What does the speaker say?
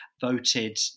voted